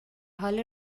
حال